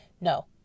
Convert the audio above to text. No